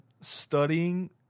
studying